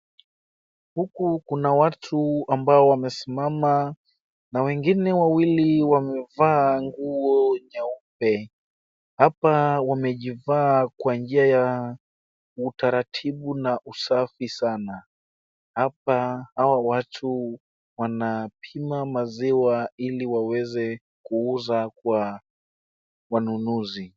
Huku kuna watu ambao wamesimama, na wengine wawili wamevaa nguo nyeupe. Hapa wamejivaa kwa njia ya utaratibu na usafi sana. Hapa, hao watu wanapima maziwa ili waweze kuuza kwa wanunuzi.